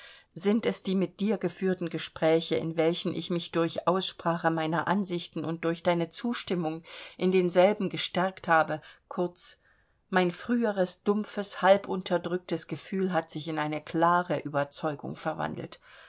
sind es die mit dir geführten gespräche in welchen ich mich durch aussprache meiner ansichten und durch deine zustimmung in denselben gestärkt habe kurz mein früheres dumpfes halbunterdrücktes gefühl hat sich in eine klare überzeugung verwandelt